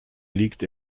liegt